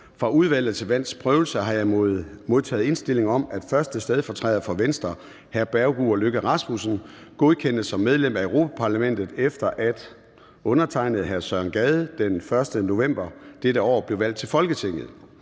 Fra Udvalget til Valgs Prøvelse har jeg modtaget indstilling om, at 1. stedfortræder for Venstre, Bergur Løkke Rasmussen, godkendes som medlem af Europa-Parlamentet, efter at Søren Gade den 1. november 2022 blev valgt til Folketinget.